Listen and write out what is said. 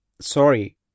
Sorry